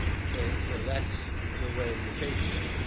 ok? so that's the way you pay for it.